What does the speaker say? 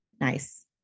Nice